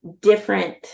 different